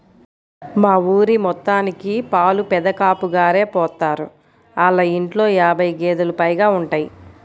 మా ఊరి మొత్తానికి పాలు పెదకాపుగారే పోత్తారు, ఆళ్ళ ఇంట్లో యాబై గేదేలు పైగా ఉంటయ్